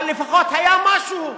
אבל לפחות היה משהו.